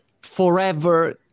forever